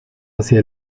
hacia